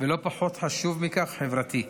ולא פחות חשוב מכך, חברתי.